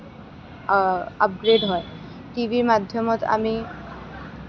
upgrade হয় TV মাধ্যমত আমি